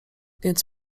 więc